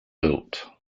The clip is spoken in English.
built